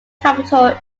capital